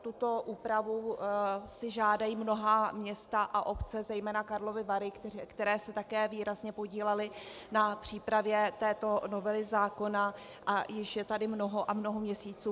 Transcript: Tuto úpravu si žádají mnohá města a obce, zejména Karlovy Vary, které se také výrazně podílely na přípravě této novely zákona, a již je tady mnoho a mnoho měsíců.